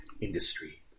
industry